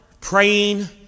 praying